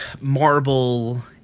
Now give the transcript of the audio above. marble